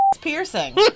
piercing